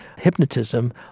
hypnotism